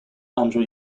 andhra